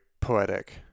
poetic